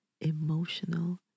emotional